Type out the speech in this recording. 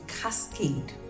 cascade